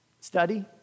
study